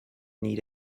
need